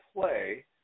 play